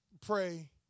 pray